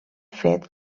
fet